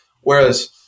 whereas